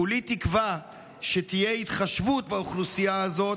כולי תקווה שתהיה התחשבות באוכלוסייה הזאת,